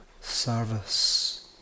service